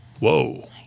whoa